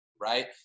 right